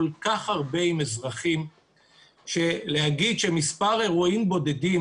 כל כך הרבה עם אזרחים ולהגיד שבגלל מספר אירועים בודדים